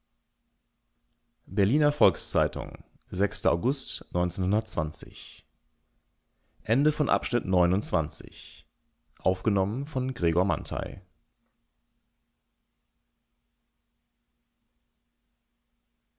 berliner volks-zeitung august